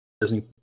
Disney